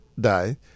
die